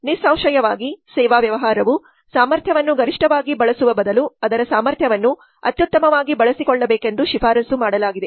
ನಿಸ್ಸಂಶಯವಾಗಿ ಸೇವಾ ವ್ಯವಹಾರವು ಸಾಮರ್ಥ್ಯವನ್ನು ಗರಿಷ್ಠವಾಗಿ ಬಳಸುವ ಬದಲು ಅದರ ಸಾಮರ್ಥ್ಯವನ್ನು ಅತ್ಯುತ್ತಮವಾಗಿ ಬಳಸಿಕೊಳ್ಳಬೇಕೆಂದು ಶಿಫಾರಸು ಮಾಡಲಾಗಿದೆ